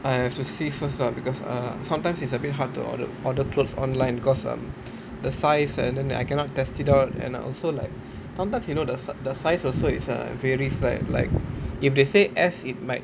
I have to see first ah because uh sometimes it's a bit hard to order order clothes online because um the size and then I cannot test it out and I also like sometimes you know the si~ the size also it's um varies like if they say S it might